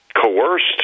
coerced